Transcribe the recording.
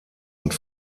und